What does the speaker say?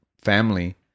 family